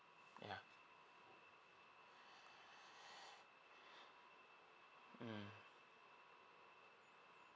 yeah mm